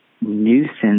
nuisance